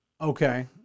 Okay